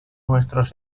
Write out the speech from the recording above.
nuestros